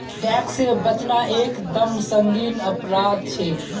tax से बचना एक दम संगीन अपराध छे